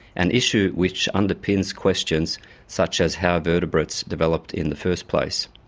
an issue which underpins questions such as how vertebrates developed in the first place.